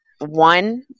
one